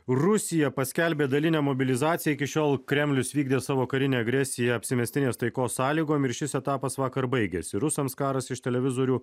rusija paskelbė dalinę mobilizaciją iki šiol kremlius vykdė savo karinę agresiją apsimestinės taikos sąlygom ir šis etapas vakar baigėsi rusams karas iš televizorių